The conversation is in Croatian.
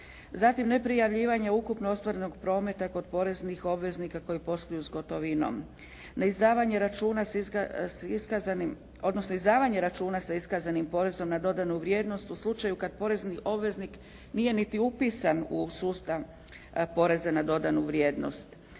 Zatim neprijavljivanje ukupno ostvarenog prometa kod poreznih obveznika koji posluju s gotovinom. Neizdavanje računa s iskazanim odnosno izdavanje računa s iskazanim porezom na dodanu vrijednost u slučaju kad porezni obveznik nije niti upisan u sustav poreza na dodanu vrijednost.